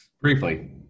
Briefly